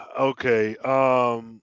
Okay